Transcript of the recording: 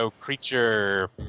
creature